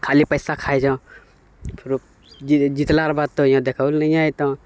खाली पइसा खाइ छऽ फेरो जितलाके बाद तऽ यहाँ देखैएओलए नहि अओतऽ